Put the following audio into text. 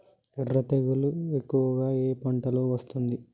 ఎర్ర తెగులు ఎక్కువగా ఏ పంటలో వస్తుంది?